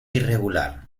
irregular